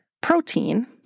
protein